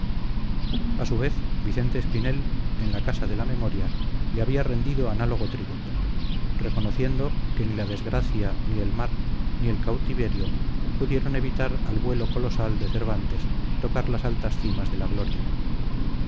su vez vicente espinel en la casa de la memoria le había rendido análogo tributo reconociendo que ni la desgracia ni el mar ni el cautiverio pudieron evitar al vuelo colosal de cervantes tocar las altas cimas de la gloria